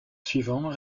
suivant